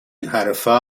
حرفها